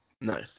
No